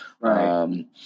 Right